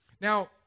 Now